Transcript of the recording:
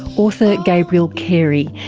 author gabrielle carey,